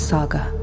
Saga